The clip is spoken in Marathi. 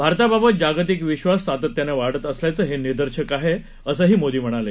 भारताबाबत जागतिक विश्वास सातत्यानं वाढत असल्याचं हे निदर्शक आहे असं मोदी म्हणाले